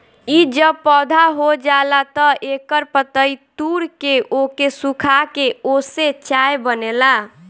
इ जब पौधा हो जाला तअ एकर पतइ तूर के ओके सुखा के ओसे चाय बनेला